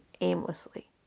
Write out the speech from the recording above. aimlessly